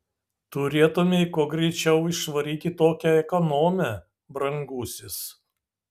turėtumei kuo greičiau išvaryti tokią ekonomę brangusis